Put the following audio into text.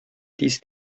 тиз